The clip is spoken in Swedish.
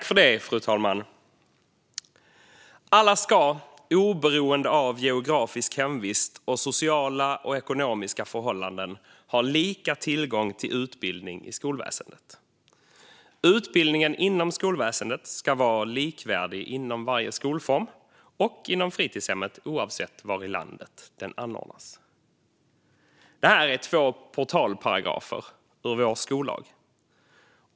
Fru talman! Alla ska, oberoende av geografisk hemvist och sociala och ekonomiska förhållanden, ha lika tillgång till utbildning i skolväsendet. Utbildningen inom skolväsendet ska vara likvärdig inom varje skolform och inom fritidshemmet oavsett var i landet den anordnas. Det här är två portalparagrafer i vår skollag.